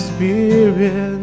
Spirit